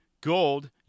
Gold